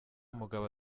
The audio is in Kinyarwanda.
mugabo